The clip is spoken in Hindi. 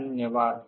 धन्यवाद